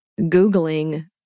Googling